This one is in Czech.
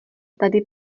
tady